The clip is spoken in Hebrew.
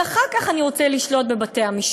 אבל אחר כך אני רוצה לשלוט בבתי-המשפט,